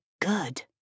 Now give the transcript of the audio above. good